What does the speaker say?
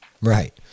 right